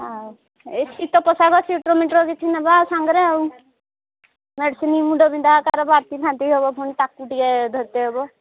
ହଁ ଏ ଶୀତ ପୋଷାକ ସୁଇଟର ମୁଇଟର କିଛି ନେବା ସାଙ୍ଗରେ ଆଉ ମେଡିସିନ୍ ମୁଣ୍ଡ ବିନ୍ଧା କାହାର ବାନ୍ତି ଫାନ୍ତି ହେବ ତାକୁ ଟିକେ ଧରିତେ ହେବ